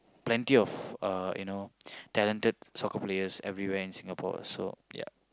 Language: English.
plenty of uh you know talented soccer players everywhere in Singapore also ya